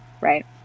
right